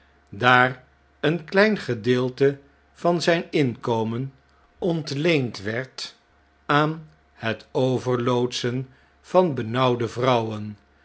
daar een klein gedeelte van zijn inkomen ontleend werd aan hetoverloodsen van benauwde vrouwen